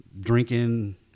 drinking